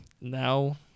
now